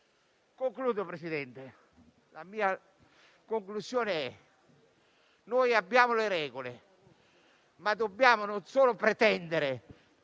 distonica. Presidente, la mia conclusione è che noi abbiamo le regole, ma dobbiamo non solo pretendere